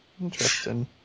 Interesting